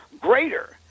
greater